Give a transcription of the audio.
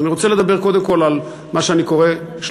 אז אני רוצה לדבר קודם כול על מה שאני קורא לו,